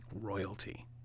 royalty